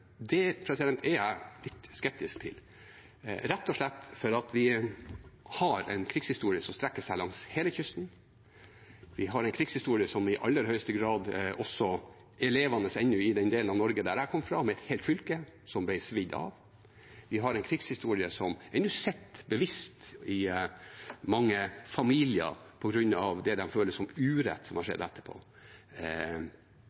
er jeg litt skeptisk til, rett og slett fordi vi har en krigshistorie som strekker seg langs hele kysten. Vi har en krigshistorie som i aller høyeste grad ennå er levende i den delen av Norge som jeg kommer fra, med et helt fylke som ble svidd av. Vi har en krigshistorie som ennå sitter i bevisstheten til mange familier på grunn av det de føler som urett som har